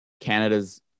Canada's